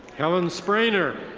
helen sprainer.